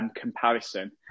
comparison